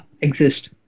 exist